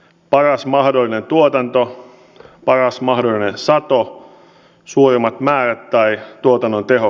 paras mahdollinen tuotanto ja paras mahdollinen sato suuremmat määrät tai tuotannon teho